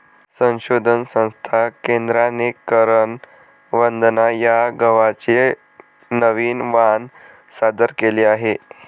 संशोधन संस्था केंद्राने करण वंदना या गव्हाचे नवीन वाण सादर केले आहे